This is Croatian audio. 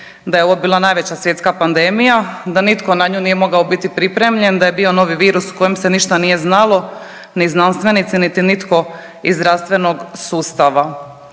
da je ovo bila najveća svjetska pandemija, da nitko na nju nije mogao biti pripremljen, da je bio novi virus o kojem se ništa nije znalo ni znanstvenici niti nitko iz zdravstvenog sustava.